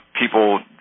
People